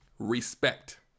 Respect